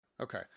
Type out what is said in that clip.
Okay